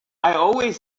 always